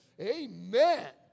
amen